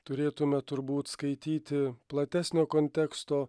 turėtume turbūt skaityti platesnio konteksto